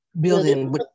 building